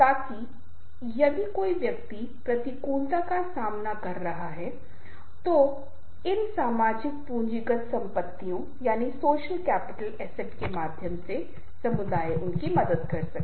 ताकि यदि कोई व्यक्ति प्रतिकूलता का सामना कर रहा है जो इन सामाजिक पूंजीगत संपत्तियों के माध्यम से समुदाय में ही देखा जा सकता है